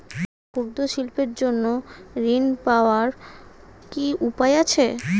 ক্ষুদ্র শিল্পের জন্য ঋণ পাওয়ার কি উপায় আছে?